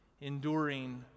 enduring